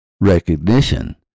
recognition